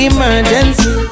Emergency